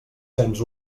cents